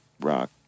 rock